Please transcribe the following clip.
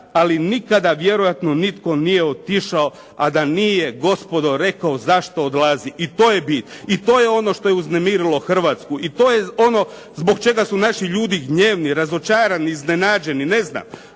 ali nikada vjerojatno nitko nije otišao a da nije gospodo rekao zašto odlazi. I to je bit i to je ono što je uznemirilo Hrvatsku. I to je ono zbog čega su naši ljudi gnjevni, razočarani, iznenađeni, ne znam